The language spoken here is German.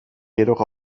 jedoch